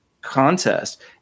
contest